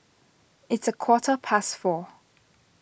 its a quarter past four